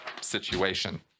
situation